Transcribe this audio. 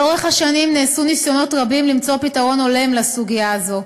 לאורך השנים נעשו ניסיונות רבים למצוא פתרון הולם לסוגיה הזאת,